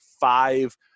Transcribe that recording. five